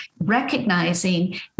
recognizing